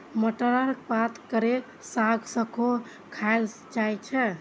मटरक पात केर साग सेहो खाएल जाइ छै